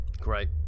Great